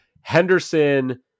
Henderson